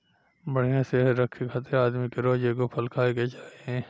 बढ़िया सेहत रखे खातिर आदमी के रोज एगो फल खाए के चाही